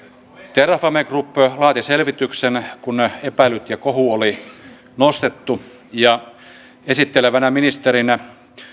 terrafame group laati selvityksen kun epäilyt ja kohu oli nostettu ja esittelevänä ministerinä